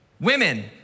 women